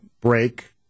break